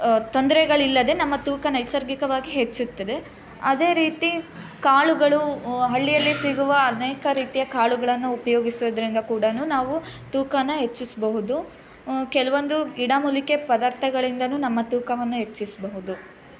ತೊಂದರೆಗಳಿಲ್ಲದೇ ನಮ್ಮ ತೂಕ ನೈಸರ್ಗಿಕವಾಗಿ ಹೆಚ್ಚುತ್ತದೆ ಅದೇ ರೀತಿ ಕಾಳುಗಳು ಹಳ್ಳಿಯಲ್ಲಿ ಸಿಗುವ ಅನೇಕ ರೀತಿಯ ಕಾಳುಗಳನ್ನು ಉಪಯೋಗಿಸೋದ್ರಿಂದ ಕೂಡ ನಾವು ತೂಕವನ್ನು ಹೆಚ್ಚಿಸಬಹುದು ಕೆಲವೊಂದು ಗಿಡಮೂಲಿಕೆ ಪದಾರ್ಥಗಳಿಂದಲೂ ನಮ್ಮ ತೂಕವನ್ನು ಹೆಚ್ಚಿಸಬಹುದು